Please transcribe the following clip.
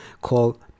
called